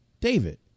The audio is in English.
David